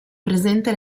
presente